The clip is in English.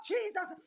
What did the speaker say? Jesus